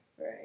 Right